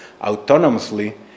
autonomously